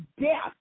death